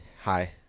Hi